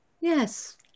Yes